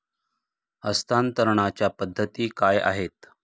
हस्तांतरणाच्या पद्धती काय आहेत?